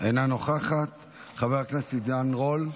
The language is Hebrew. אינה נוכחת, חבר הכנסת עידן רול,